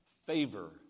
Favor